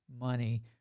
money